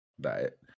diet